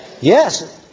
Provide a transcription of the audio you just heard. Yes